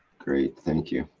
great, thank you.